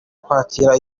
kwakira